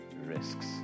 risks